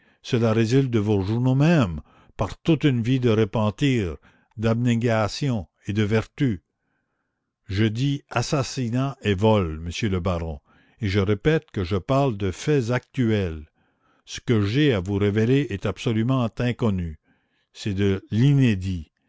cela résulte de vos journaux mêmes par toute une vie de repentir d'abnégation et de vertu je dis assassinat et vol monsieur le baron et je répète que je parle de faits actuels ce que j'ai à vous révéler est absolument inconnu c'est de l'inédit